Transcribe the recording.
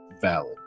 Valid